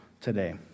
today